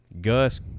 Gus